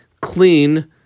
clean